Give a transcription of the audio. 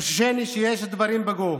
חוששני שיש דברים בגו.